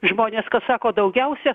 žmonės ką sako daugiausia